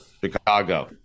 chicago